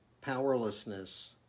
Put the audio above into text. powerlessness